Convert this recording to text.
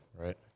Right